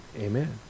Amen